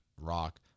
rock